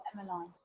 Emily